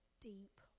deep